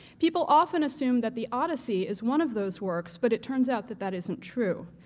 people often assume that the odyssey is one of those works, but it turns out that that isn't true.